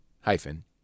hyphen